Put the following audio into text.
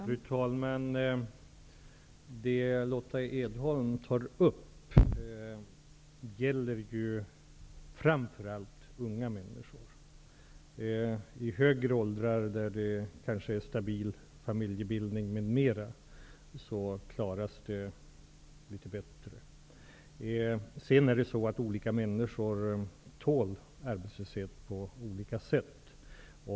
Fru talman! Det Lotta Edholm tar upp gäller framför allt unga människor. I högre åldrar, med bl.a. kanske en mera stabil familjebildning, klaras arbetslöshetsproblemen litet bättre. Olika människor tål också arbetslöshet på olika sätt.